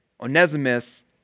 Onesimus